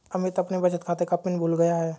अमित अपने बचत खाते का पिन भूल गया है